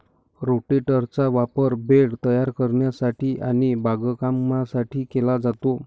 रोटेटरचा वापर बेड तयार करण्यासाठी आणि बागकामासाठी केला जातो